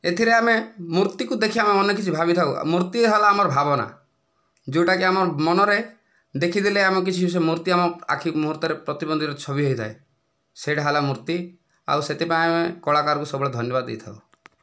ଏଥିରେ ଆମେ ମୂର୍ତ୍ତିକୁ ଦେଖି ଆମେ ଅନେକ କିଛି ଭାବିଥାଉ ମୂର୍ତ୍ତି ହେଲା ଆମର ଭାବନା ଯେଉଁଟା କି ଆମ ମନରେ ଦେଖିଦେଲେ ଆମ କିଛି ସେ ମୂର୍ତ୍ତି ଆମ ଆଖି ମୁହୂର୍ତ୍ତରେ ପ୍ରତିବନ୍ଧର ଛବି ହୋଇଥାଏ ସେଇଟା ହେଲା ମୂର୍ତ୍ତି ଆଉ ସେଥିପାଇଁ ଆମେ କଳାକାରକୁ ସବୁବେଳେ ଧନ୍ୟବାଦ ଦେଇଥାଉ